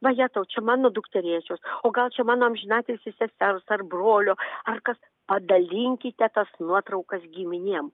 vajetau čia mano dukterėčios o gal čia mano amžinatilsį sesers ar brolio ar kas padalinkite tas nuotraukas giminėm